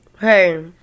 Hey